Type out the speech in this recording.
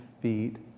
feet